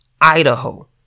Idaho